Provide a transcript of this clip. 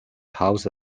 house